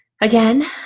Again